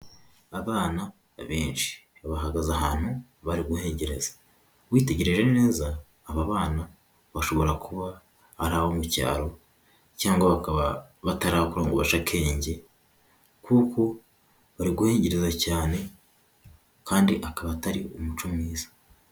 Abana benshi bahagaze ahantu bari guhengerezareza, witegereje neza aba bana bashobora kuba ari abo mu cyaro cyangwa bakaba batarakura ngo bace akenge kuko bariguhengereza cyane kandi akaba atari umuco mwiza.